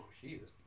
Jesus